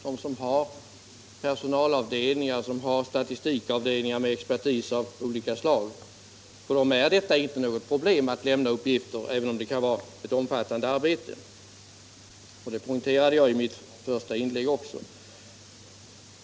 Dessa har personalavdelningar och statistikavdelningar med expertis av olika slag, och för dem är det inte något problem att lämna uppgifter, även om det kan vara ett omfattande arbete att ta fram sådana. Det poängterade jag också i mitt första inlägg.